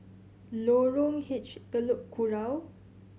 Lorong H Telok Kurau